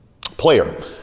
player